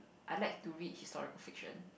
I like to read historical fiction